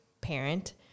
parent